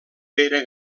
pere